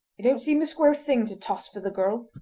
it don't seem the square thing to toss for the girl!